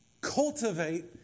Cultivate